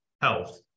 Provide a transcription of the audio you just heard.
health